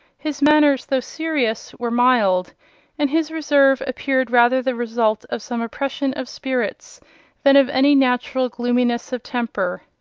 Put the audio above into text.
his manners, though serious, were mild and his reserve appeared rather the result of some oppression of spirits than of any natural gloominess of temper.